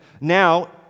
now